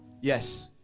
Yes